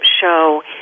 Show